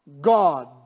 God